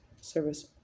service